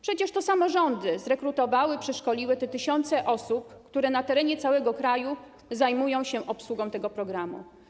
Przecież to samorządy zrekrutowały, przeszkoliły tysiące osób, które na terenie całego kraju zajmują się obsługą tego programu.